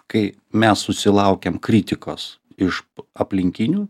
kai mes susilaukiame kritikos iš aplinkinių